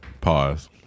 pause